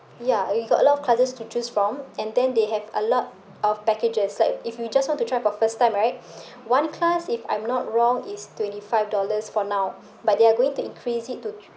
ya we got a lot of classes to choose from and then they have a lot of packages so like if you just want to try for first time right one class if I'm not wrong is twenty five dollars for now but they are going to increase it to